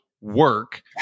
work